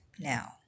now